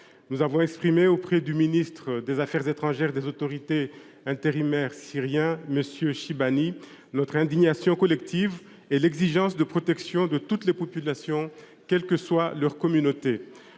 Nous avons exprimé auprès du ministre des affaires étrangères des autorités intérimaires syriennes, M. Chibani, notre indignation collective et l’exigence de protéger toutes les populations, à quelque communauté